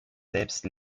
selbst